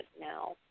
now